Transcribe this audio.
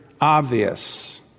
obvious